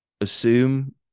assume